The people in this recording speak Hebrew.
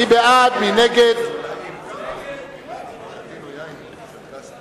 לסעיף 15 אין הסתייגויות.